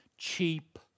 cheap